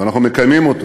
ואנחנו מקיימים אותו.